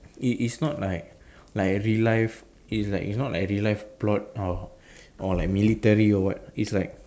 it is not like like real life it's like it's not like real life plot or or like military or what it's like